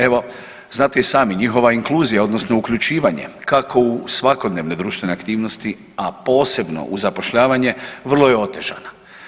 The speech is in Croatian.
Evo znate i sami njihova inkluzija, odnosno uključivanje kako u svakodnevne društvene aktivnosti, a posebno u zapošljavanje vrlo je otežana.